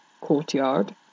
courtyard